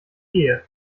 gehe